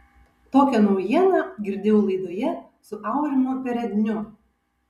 tokią naujieną girdėjau laidoje su aurimu peredniu